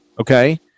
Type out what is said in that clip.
Okay